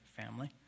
family